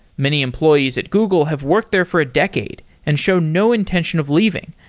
many employees at google have worked there for a decade and showed no intention of leaving.